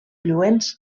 lluents